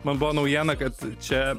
man buvo naujiena kad čia